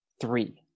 Three